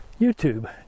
YouTube